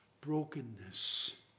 brokenness